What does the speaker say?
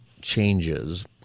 changes